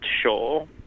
sure